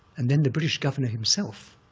and then the british governor himself,